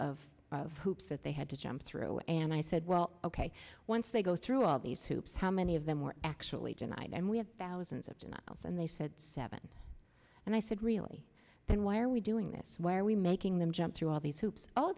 load of hoops that they had to jump through and i said well ok once they go through all these hoops how many of them were actually denied and we have thousands of denials and they said seven and i said really then why are we doing this where are we making them jump through all these